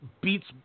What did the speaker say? beats